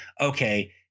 okay